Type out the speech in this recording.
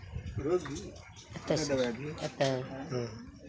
एतयसँ एतय